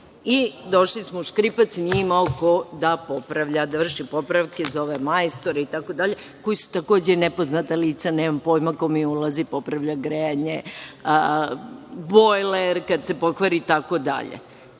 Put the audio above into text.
I, došli smo u škripac nije imao ko da popravlja, da vrši popravke, zove majstore i tako dalje, koji su takođe nepoznata lica, nemam pojma ko mi ulazi, popravlja grejanje, bojler kada se pokvari i tako dalje.